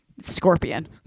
scorpion